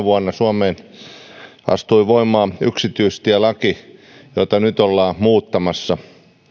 vuonna tuhatyhdeksänsataakuusikymmentäkolme suomessa astui voimaan yksityistielaki jota nyt ollaan muuttamassa